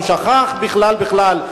הוא שכח בכלל בכלל,